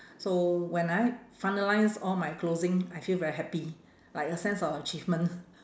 so when I finalise all my closing I feel very happy like a sense of achievement